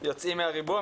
'יוצאים מהריבוע'.